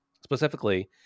specifically